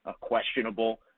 questionable